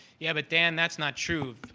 yeah, but dan that's not true.